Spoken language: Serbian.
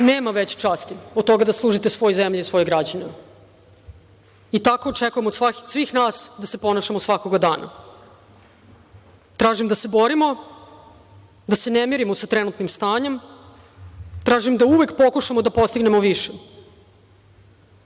veće časti od toga da služite svojoj zemlji i svojim građanima. Tako očekujem od svih nas da se ponašamo svakoga dana. Tražim da se borimo, da se ne mirimo sa trenutnim stanjem. Tražim da uvek pokušamo da postignemo više.